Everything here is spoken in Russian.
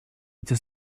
эти